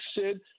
Sid